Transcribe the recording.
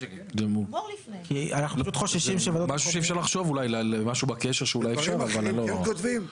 משהו שאי-אפשר לחשוב --- על דברים אחרים כן כותבים?